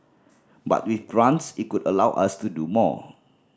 but with grants it could allow us to do more